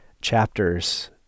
chapters